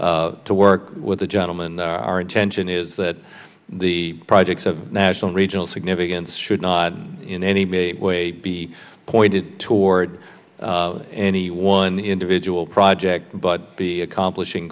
to work with the gentleman our intention is that the projects of national regional significance should not in any way be pointed toward any one individual project but be accomplishing